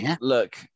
look